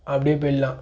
அப்படியே போயிட்லாம்